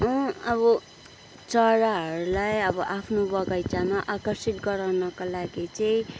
अब चराहरूलाई अब आफ्नो बगैँचामा आकर्षित गराउनको लागि चाहिँ